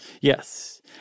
Yes